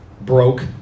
broke